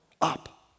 up